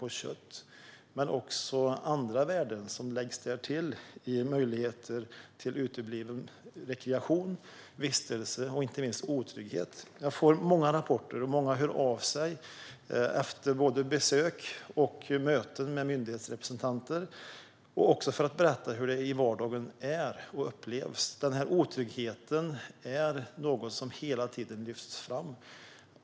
Det gäller dock även andra värden, som läggs därtill, i form av uteblivna möjligheter till rekreation och vistelse. Inte minst handlar det om en otrygghet. Jag får många rapporter, och många hör av sig efter både besök och möten med myndighetsrepresentanter. De berättar hur detta är och upplevs i vardagen, och otryggheten är något som hela tiden lyfts fram.